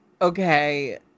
okay